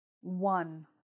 One